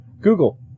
Google